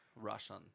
Russian